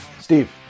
Steve